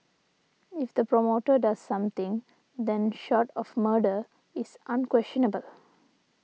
if the promoter does something then short of murder it's unquestionable